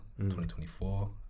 2024